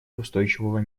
устойчивого